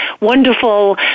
wonderful